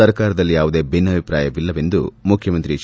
ಸರ್ಕಾರದಲ್ಲಿ ಯಾವುದೇ ಛಿನ್ನಾಭಿಪ್ರಾಯವಿಲ್ಲ ಎಂದು ಮುಖ್ಯಮಂತ್ರಿ ಎಚ್